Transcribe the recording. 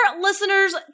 listeners